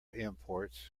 imports